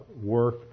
work